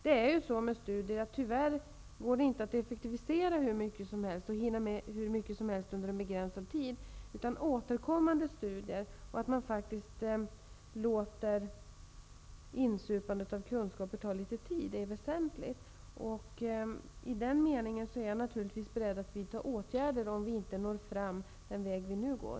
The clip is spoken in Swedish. Det är ju så med studier att de tyvärr inte går att effektivisera hur mycket som helst, och man hinner inte med hur mycket som helst under en begränsad tid. Det krävs återkommande studier och att man låter insupandet av kunskaper ta litet tid. Det är väsentligt. I den meningen är jag naturligtvis beredd att vidta åtgärder om vi inte når fram på den väg vi nu går.